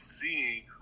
seeing